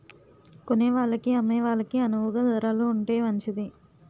కొనేవాళ్ళకి అమ్మే వాళ్ళకి అణువుగా ధరలు ఉంటే మంచిది